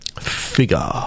Figure